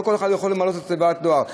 לא כל אחד יכול למלא את תיבת הדואר.